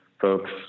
folks